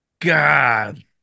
god